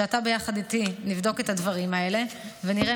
שאתה יחד איתי נבדוק את הדברים האלה ונראה